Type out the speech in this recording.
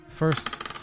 First